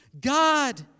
God